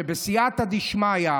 שבסייעתא דשמיא,